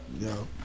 Yo